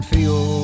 Feel